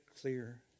clear